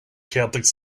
catholic